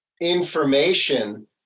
information